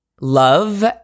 Love